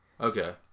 Okay